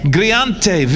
Griante